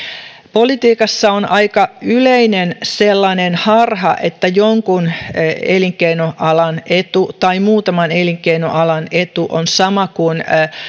politiikassa on aika yleinen sellainen harha että jonkun elinkeinoalan etu tai muutaman elinkeinoalan etu on sama kuin